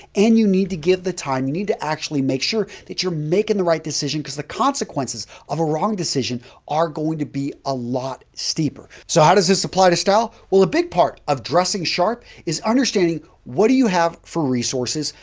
and you need to give the time, you need to actually make sure that you're making the right decision because the consequences of a wrong decision are going to be a lot steeper. so, how does this apply to style? well, a big part of dressing sharp is understanding what do you have for resources,